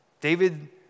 David